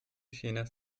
chinas